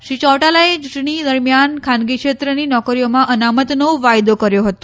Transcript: શ્રી ચૌટાલાએ યૂંટણી દરમિયાન ખાનગીક્ષેત્રની નોકરીઓમાં અનામતનો વાયદો કર્યો હતો